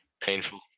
painful